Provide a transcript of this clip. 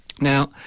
Now